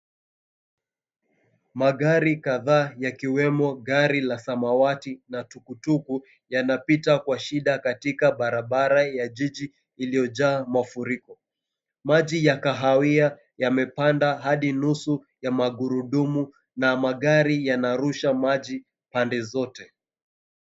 Magari kadhaa yakiwemo gari la samawati na tukutuku yanapita kwa shida katika barabara ya jiji iliojaa mafuriko. Maji ya kahawia yamepanda hadi nusu ya magurudumu na magari yanarusha maji pande zote.